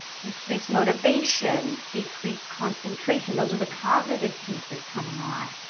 decreased motivation decreased concentration, those are the cognitive pieces coming on.